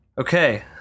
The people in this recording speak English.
Okay